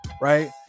right